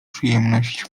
przyjemność